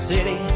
City